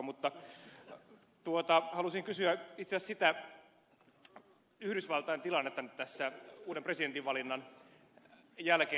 mutta halusin kysyä itse asiassa sitä yhdysvaltain tilannetta nyt tässä uuden presidentin valinnan jälkeen